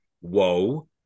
whoa